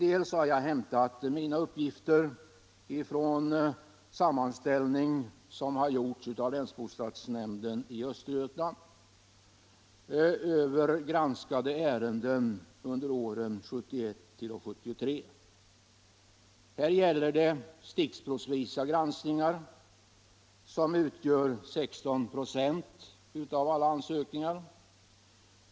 Jag har hämtat mina uppgifter från den sammanställning som länsbostadsnämnden i Östergötland har gjort över granskade ärenden under åren 1971-1973. Här gäller det granskningar stickprovsvis av ungefär 16 96 av alla ansökningar.